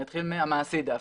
אני אתחיל מהמעשי דווקא.